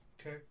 Okay